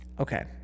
Okay